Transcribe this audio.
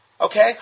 Okay